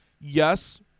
Yes